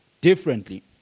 differently